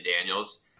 daniels